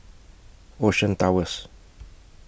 Ocean Towers